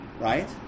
Right